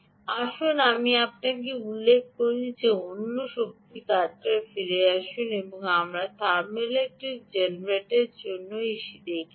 আসুন এখন আমি আপনাকে উল্লেখ করি এমন অন্য শক্তি কাটারে ফিরে আসুন আমরা থার্মোইলেক্ট্রিক জেনারেটর এবং এটি আমরা দেখেছি